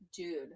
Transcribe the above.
Dude